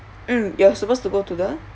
mm you're supposed to go to the